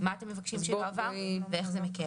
מה אתם מבקשים שיועבר ואיך זה מקל.